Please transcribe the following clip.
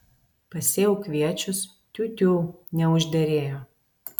pasėjau kviečius tiu tiū neužderėjo